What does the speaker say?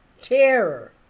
Terror